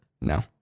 No